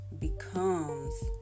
becomes